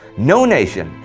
no nation.